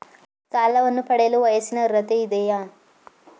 ಸಾಲವನ್ನು ಪಡೆಯಲು ವಯಸ್ಸಿನ ಅರ್ಹತೆ ಇದೆಯಾ?